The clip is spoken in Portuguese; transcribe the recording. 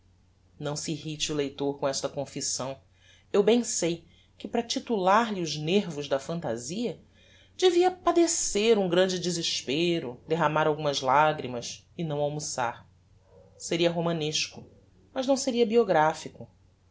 não se irrite o leitor com esta confissão eu bem sei que para titillar lhe os nervos da fantasia devia padecer um grande desespero derramar algumas lagrimas e não almoçar seria romanesco mas não seria biographico